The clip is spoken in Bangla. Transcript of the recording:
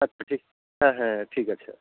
আচ্ছা ঠিক হ্যাঁ হ্যাঁ ঠিক আছে